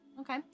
Okay